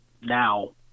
now